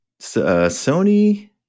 Sony